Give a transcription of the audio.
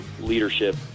leadership